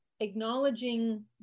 acknowledging